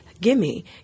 gimme